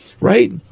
Right